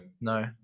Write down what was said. No